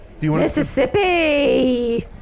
Mississippi